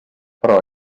però